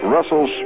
Russell